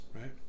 right